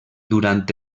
durant